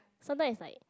sometime is like